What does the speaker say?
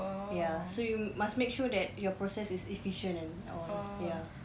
ya so you must make sure that your process is efficient and all ya